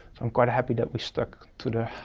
i'm quite happy that we stuck to the